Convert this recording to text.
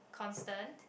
constant